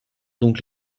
donc